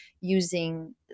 using